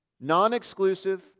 Non-exclusive